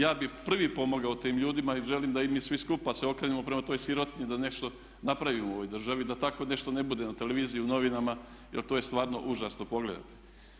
Ja bih prvi pomogao tim ljudima i želim da i mi svi skupa se okrenemo prema toj sirotinji i da nešto napravimo u ovoj državi da tako nešto ne bude na televiziji, u novinama jer to je stvarno užasno pogledati.